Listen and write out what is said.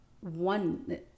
one